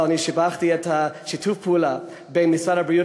אבל שיבחתי את שיתוף הפעולה בין משרד הבריאות